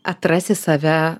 atrasi save